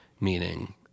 meaning